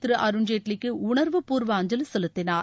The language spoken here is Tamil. திரு அருண்ஜேட்லிக்கு உணர்வுப்பூர்வ அஞ்சலி செலுத்தினார்